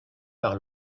par